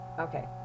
Okay